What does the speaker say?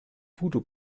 voodoo